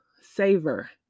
savor